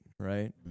Right